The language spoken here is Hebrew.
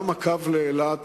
גם הקו לאילת